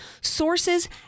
sources